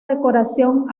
decoración